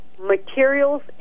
materials